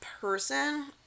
person